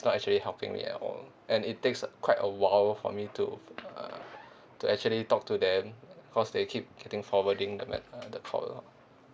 not actually helping me at all and it takes a quite a while for me to uh to actually talk to them cause they keep getting forwarding the me~ uh the call